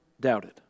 doubted